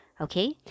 Okay